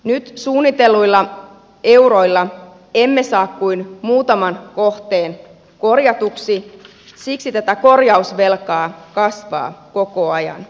nyt suunnitelluilla euroilla emme saa kuin muutaman kohteen korjatuksi siksi tämä korjausvelka kasvaa koko ajan